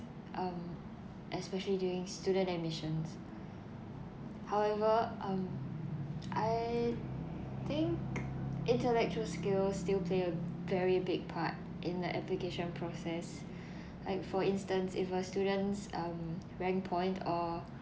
(um )especially during student admissions however um I think intellectual skills still play a very big part in the application process like for instance if a students um rank point or